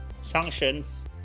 sanctions